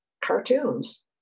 cartoons